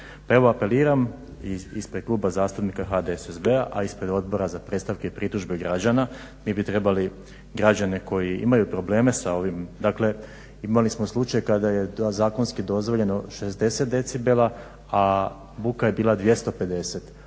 Pa evo apeliram i ispred Kluba zastupnika HDSSB-a, a i ispred Odbora za predstavke i pritužbe građana, mi bi trebali građane koji imaju probleme sa ovim, dakle imali smo slučaj kada je zakonski dozvoljeno 40 decibela, a buka je bila 250 pa